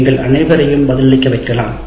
நீங்கள் அனைவரையும் பதிலளிக்க வைக்கலாம்